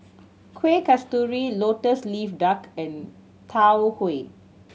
Kueh Kasturi Lotus Leaf Duck and Tau Huay